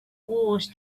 wars